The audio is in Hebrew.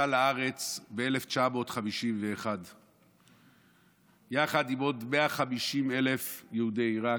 עלתה לארץ ב-1951 יחד עם עוד 150,000 יהודי עיראק.